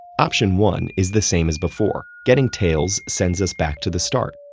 option one is the same as before, getting tails sends us back to the start,